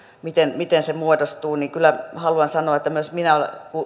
miten miten se muodostuu niin kyllä haluan sanoa että myös minä